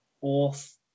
fourth